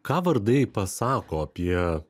ką vardai pasako apie